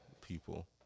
people